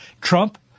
Trump